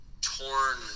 torn